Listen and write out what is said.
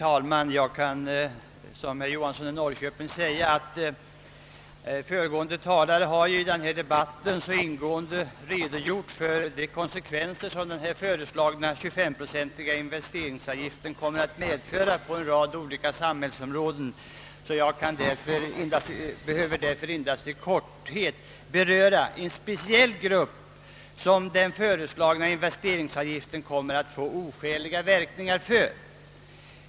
Herr talman! Såsom herr Johansson i Norrköping nyss framhöll har föregående talare i den här debatten ingående redogjort för de konsekvenser som den föreslagna 25-procentiga investeringsavgiften kommer att medföra på en rad samhällsområden. Jag skall därför endast i korthet beröra en speciell grupp som den föreslagna investe ringsavgiften kommer att ha oskäliga verkningar för.